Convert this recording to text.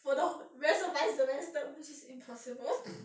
for the whole rest of my semester which is impossible